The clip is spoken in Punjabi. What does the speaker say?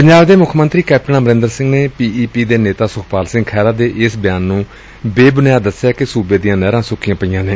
ਪੰਜਾਬ ਦੇ ਮੁੱਖ ਮੰਤਰੀ ਕੈਪਟਨ ਅਮਰੰਦਰ ਸਿੰਘ ਨੇ ਪੀ ਈ ਪੀ ਦੇ ਨੇਤਾ ਸੁਖਪਾਲ ਸਿੰਘ ਖਹਿਰਾ ਦੇ ਇਸ ਬਿਆਨ ਨੁੰ ਬੇਬੁਨਿਆਦ ਦਸਿਆ ਕਿ ਸੁਬੇ ਦੀਆਂ ਨਹਿਰਾਂ ਸੁੱਕੀਆਂ ਪਈਆਂ ਨੇ